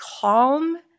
calm